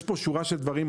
יש פה שורת דברים.